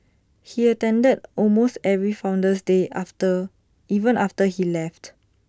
he attended almost every Founder's day after even after he left